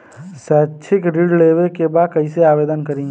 शैक्षिक ऋण लेवे के बा कईसे आवेदन करी?